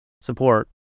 support